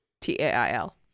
T-A-I-L